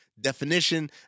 definition